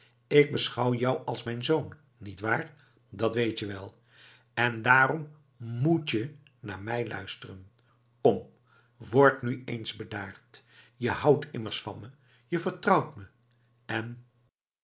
ik beschouw jou als mijn zoon niet waar dat weet je wel en daarom moet je naar mij luisteren kom word nu eens bedaard je houdt immers van me je vertrouwt me en